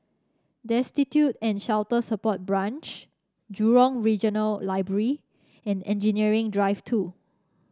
Destitute and Shelter Support Branch Jurong Regional Library and Engineering Drive Two